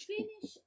Finish